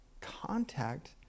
contact